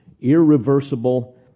irreversible